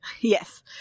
Yes